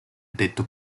detto